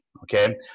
Okay